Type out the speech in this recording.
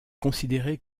considéré